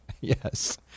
Yes